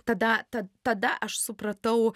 tada tad tada aš supratau